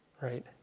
right